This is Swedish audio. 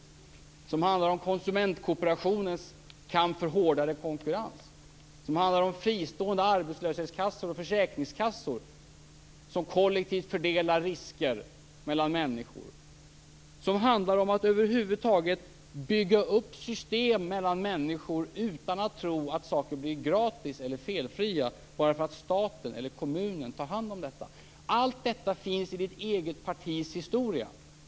Denna historia handlar om konsumentkooperationens kamp för hårdare konkurrens, om fristående arbetslöshetskassor och försäkringskassor som kollektivt fördelar risker mellan människor, om att över huvud taget bygga upp system mellan människor utan att de tror att saker är gratis eller felfria bara för att kommunen eller staten tar hand om dessa. Allt detta finns i Maj-Inger Klingvalls eget partis historia.